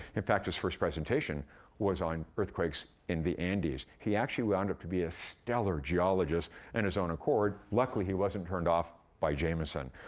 in fact, his first presentation was on earthquakes in the andes. he actually wound up to be a stellar geologist in and his own accord. luckily, he wasn't turned off by jameson.